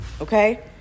okay